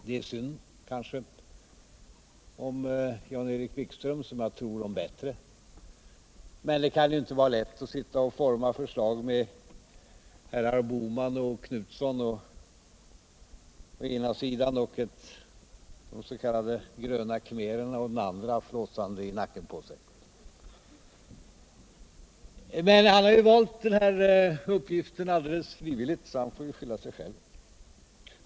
Det är kanske synd om Jan-Erik Wikström, som jag tror om bittre. men det kan inte vara Jätt att sitta och forma förslag med herrar Bohman och Knutson å ena sidan och de s.k. gröna khmererna å den andra flåsande i nacken på sig. Men han har ju valt den här uppgiften alldeles frivilligt. så han får skylla sig själv.